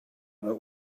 nhw